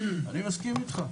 אני מסכים איתך,